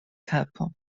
kapo